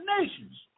nations